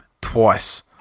twice